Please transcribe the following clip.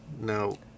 No